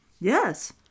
yes